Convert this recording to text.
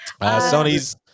Sony's